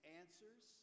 answers